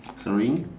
sorry